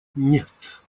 нет